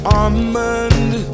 almond